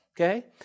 okay